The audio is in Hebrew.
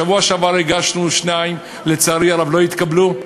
בשבוע שעבר הגשנו שניים, לצערי, הם לא התקבלו.